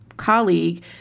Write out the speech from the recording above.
colleague